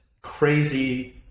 crazy